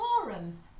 forums